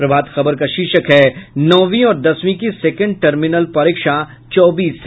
प्रभात खबर का शीर्षक है नौवीं और दसवीं की सेकेंड टर्मिनल परीक्षा चौबीस से